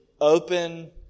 open